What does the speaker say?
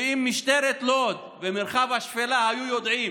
ואם משטרת לוד ומרחב השפלה היו יודעים